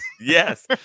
Yes